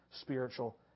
spiritual